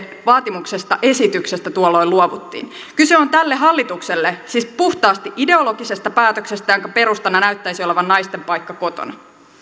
vaatimuksesta esityksestä tuolloin luovuttiin kyse on tälle hallitukselle siis puhtaasti ideologisesta päätöksestä jonka perustana näyttäisi olevan naisten paikka kotona